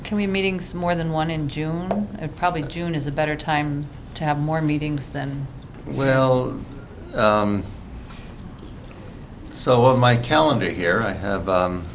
can be meetings more than one in june and probably june is a better time to have more meetings than well so on my calendar here i have